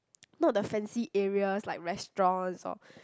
not the fancy area like restaurants or